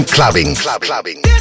Clubbing